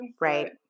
Right